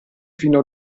fino